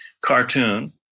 cartoon